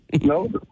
No